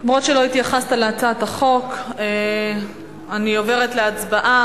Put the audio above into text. אף שלא התייחסת להצעת החוק, אני עוברת להצבעה.